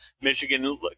Michigan